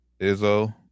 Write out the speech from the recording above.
Izzo